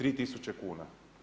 3000 kuna.